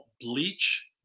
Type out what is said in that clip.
bleach